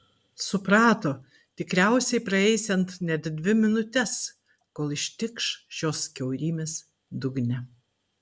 suprato tikriausiai praeisiant net dvi minutes kol ištikš šios kiaurymės dugne